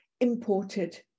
imported